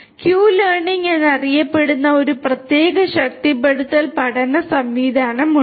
Q learning എന്നറിയപ്പെടുന്ന ഒരു പ്രത്യേക ശക്തിപ്പെടുത്തൽ പഠന സംവിധാനമുണ്ട്